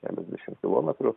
keliasdešimt kilometrų